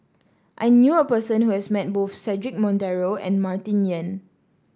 I knew a person who has met both Cedric Monteiro and Martin Yan